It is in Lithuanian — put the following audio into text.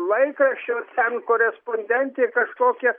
laikraščio ten korespondentė kažkokia